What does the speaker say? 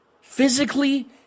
Physically